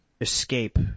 escape